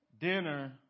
dinner